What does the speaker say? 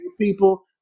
people